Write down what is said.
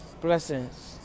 Blessings